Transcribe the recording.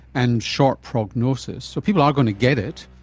and short prognosis. so people are going to get it,